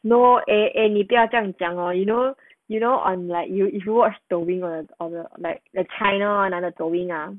no eh eh 你不要这样讲噢 you know you know I'm like you if you watch the 抖音 or the like the china [one] ah the 抖音 ah